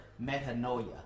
metanoia